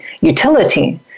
utility